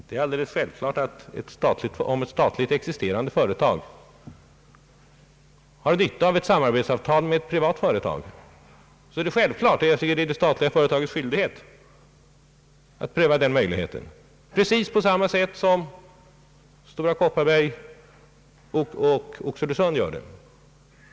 Om ett statligt existerande företag har nytta av samarbete med ett privat företag så anser jag att det är självklart att det statliga företaget har skyldighet att pröva denna möjlighet precis på samma sätt som t.ex. Stora Kopparberg och Oxelösund gör.